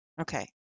Okay